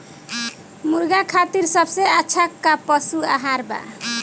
मुर्गा खातिर सबसे अच्छा का पशु आहार बा?